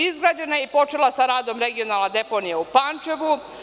Izgrađena je i počela sa radom regionalna deponija u Pančevu.